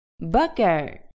Burger